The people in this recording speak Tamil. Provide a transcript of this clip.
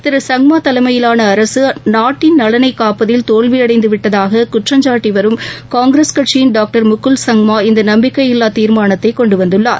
திரு சங்மா தலைமையிலான அரசு நாட்டின் நலனை காப்பதில் தோல்வி அடைந்து விட்டதாக குற்றம் சாட்டி வரும் காங்கிரஸ் கட்சியின் டாக்டர் முகுல் சங்மா இந்த நம்பிக்கை இல்லா தீர்மானத்தை கொண்டு வந்துள்ளார்